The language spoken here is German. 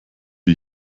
wir